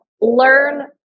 learn